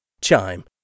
Chime